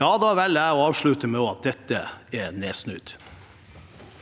ja, da velger jeg å avslutte med at dette er nedsnødd.